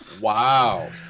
wow